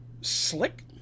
slick